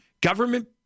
Government